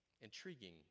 intriguing